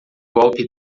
golpe